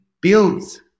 builds